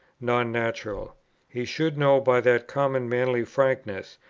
non-natural! he should know by that common manly frankness,